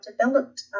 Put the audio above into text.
developed